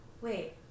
wait